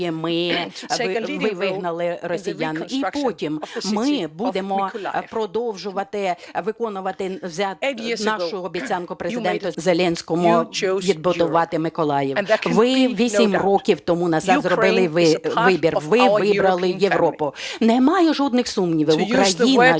ви вигнали росіян. І потім ми будемо продовжувати виконувати нашу обіцянку Президенту Зеленському відбудувати Миколаїв. Ви 8 років тому назад зробили вибір - ви вибрали Європу. Немає жодних сумнівів, Україна – член